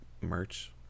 merch